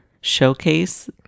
showcase